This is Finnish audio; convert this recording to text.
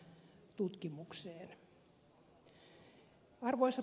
arvoisa puhemies